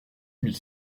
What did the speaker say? mille